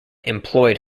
employed